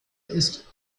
ist